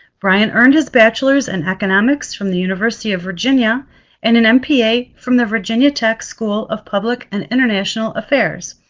brian earned his bachelor's in and economics from the university of virginia and an mpa from the virginia tech school of public and international affairs.